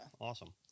awesome